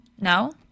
no